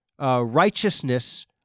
righteousness